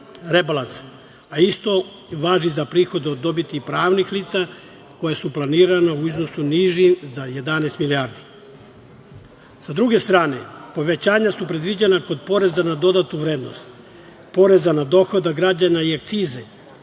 rebalans, a isto važi i za prihod od dobiti pravnih lica koja su planirana u iznosu niži za 11 milijardi.S druge strane, povećanja su predviđena kod poreza na dodatu vrednost, poreza na dohodak građana i akcize